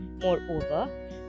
Moreover